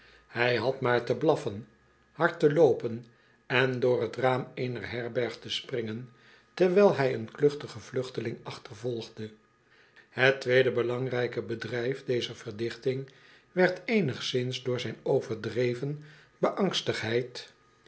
i iy had maar te blaffen hard te loopen en door t raam eener herberg te springen terwijl hij een kluchtigen vluchteling achtervolgde het tweede belangrijke bedrijf dezer verdichting werd eenigszins door zijnoverdreven beangstheid